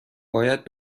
باید